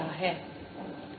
Momentum density